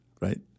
right